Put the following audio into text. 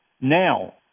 Now